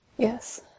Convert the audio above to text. Yes